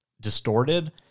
distorted